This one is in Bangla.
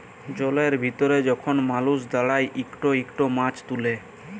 জলের ভিতরে যখল মালুস দাঁড়ায় ইকট ইকট মাছ তুলে